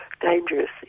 dangerous